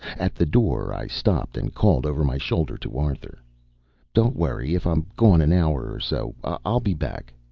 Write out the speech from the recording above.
at the door, i stopped and called over my shoulder to arthur don't worry if i'm gone an hour or so. i'll be back.